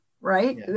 right